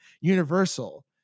universal